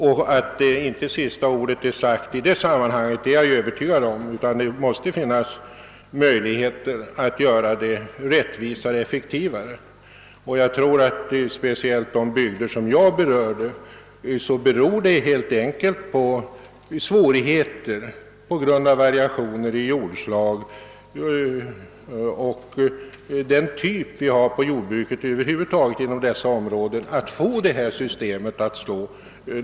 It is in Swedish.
Och att inte sista ordet är sagt i det sammanhanget är jag övertygad om; det måste vara möjligt att göra systemet rättvisare och effektivare. Speciellt för de bygder som jag här berört beror svårigheterna helt enkelt på variationerna i jordslag och den typ av jordbruk vi över huvud taget har här.